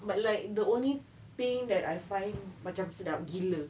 but like the only thing that I find macam sedap gila